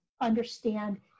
understand